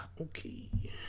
Okay